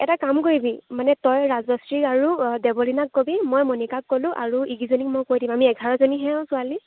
এটা কাম কৰিবি মানে তই ৰাজশ্ৰী আৰু দেৱলীনাক ক'বি মই মণিকাক ক'লোঁ আৰু ইকেইজনীক মই কৈ দিম আমি এঘাৰজনীহে আৰু ছোৱালী